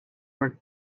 were